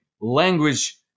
language